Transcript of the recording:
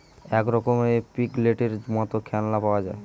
এক রকমের পিগলেটের মত খেলনা পাওয়া যায়